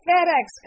FedEx